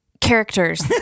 characters